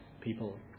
people